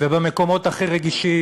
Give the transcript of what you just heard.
ובמקומות הכי רגישים,